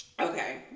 okay